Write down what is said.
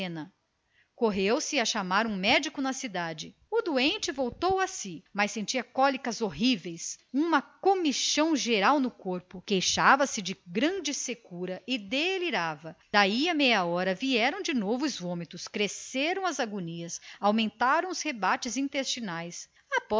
sena correu se a chamar o médico na cidade a doente voltou a si mas sentia cólicas horríveis comichão por todo o corpo queixava-se de grande secura e delirava de instante a instante daí a meia hora vieram de novo os vômitos cresceram lhe as agonias aumentavam lhe os rebates intestinais